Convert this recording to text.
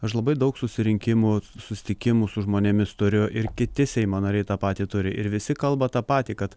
aš labai daug susirinkimų susitikimų su žmonėmis turiu ir kiti seimo nariai tą patį turi ir visi kalba tą patį kad